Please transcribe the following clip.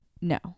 no